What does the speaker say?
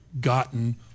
gotten